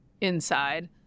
inside